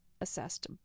assessed